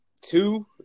Two